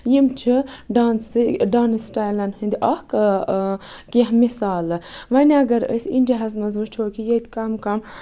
یِم چھِ ڈانسٕکۍ ڈانٕس سِٹایلَن ہٕندۍ اکھ کیٚنہہ مَثالہٕ وۄنۍ اَگر أسۍ اِنڈیا ہَس منٛز وُچھو کہِ ییٚتہِ کَم کَم